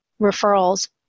referrals